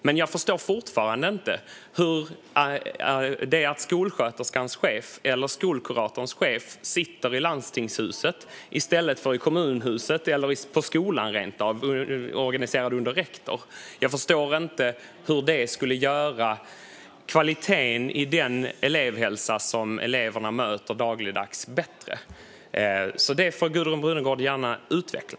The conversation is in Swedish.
Men jag förstår fortfarande inte hur kvaliteten i den elevhälsa som eleverna möter dagligdags skulle bli bättre av att skolsköterskans eller skolkuratorns chef sitter i landstingshuset i stället för i kommunhuset eller rent av på skolan, organiserad under rektorn. Det får Gudrun Brunegård gärna utveckla.